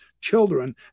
children